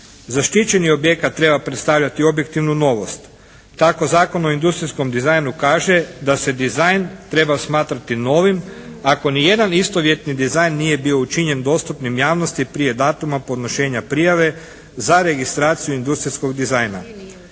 Zaštićeni objekat treba predstavljati objektivnu novost. Tako Zakon o industrijskom dizajnu kaže da se dizajn treba smatrati novim, ako ni jedan istovjetni dizajn nije bio učinjen dostupnim javnosti prije datuma podnošenja prijave za registraciju industrijskog dizajna